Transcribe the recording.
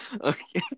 Okay